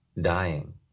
dying